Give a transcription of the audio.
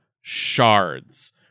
shards